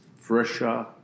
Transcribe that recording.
fresher